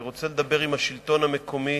אני רוצה לדבר עם השלטון המקומי,